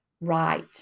right